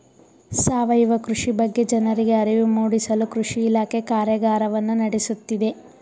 ಸಾವಯವ ಕೃಷಿ ಬಗ್ಗೆ ಜನರಿಗೆ ಅರಿವು ಮೂಡಿಸಲು ಕೃಷಿ ಇಲಾಖೆ ಕಾರ್ಯಗಾರವನ್ನು ನಡೆಸುತ್ತಿದೆ